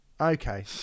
Okay